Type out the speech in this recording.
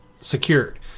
secured